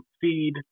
feed